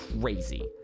crazy